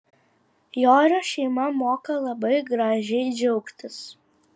jorio šeima moka labai gražiai džiaugtis